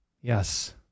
Yes